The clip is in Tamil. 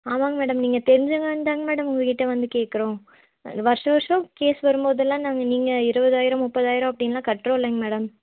ஆமாங்க மேடம் நீங்கள் தெரிஞ்சவங்கதானுங்கதானே மேடம் உங்கள் கிட்டே வந்து கேட்குறோம் வருஷா வருஷம் கேஸ் வரும்போதெல்லாம் நாங்கள் நீங்கள் இருபதாயிரம் முப்பதாயிரம் அப்படின்லாம் கட்டுறோம் இல்லைங்க மேடம்